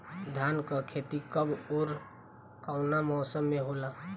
धान क खेती कब ओर कवना मौसम में होला?